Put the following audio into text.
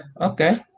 Okay